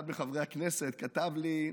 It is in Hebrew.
אחד מחברי הכנסת כתב לי: